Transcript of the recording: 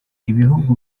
ibihugu